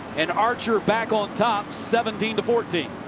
and archer back on top seventeen fourteen.